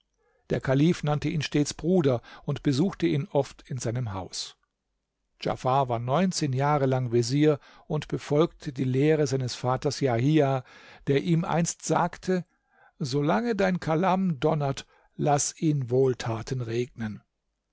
der kalif nannte ihn stets bruder und besuchte ihn oft in seinem haus djafar war neunzehn jahre lang vezier und befolgte die lehre seines vaters jahia der ihm einst sagte so lange dein kalam donnert laß ihn wohltaten regnen